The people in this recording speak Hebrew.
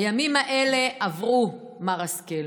הימים האלה עברו, מר השכל.